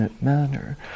manner